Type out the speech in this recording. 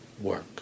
work